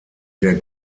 der